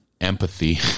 empathy